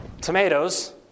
Tomatoes